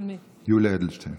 יולי אדלשטיין